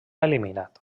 eliminat